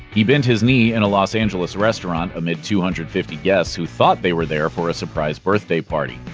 he bent his knee in a los angeles restaurant, amidst two hundred and fifty guests who thought they were there for a surprise birthday party.